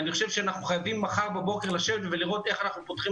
אני חושב שאנחנו חייבים מחר בבוקר לשבת ולראות איך אנחנו פותחים